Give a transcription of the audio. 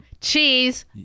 Cheese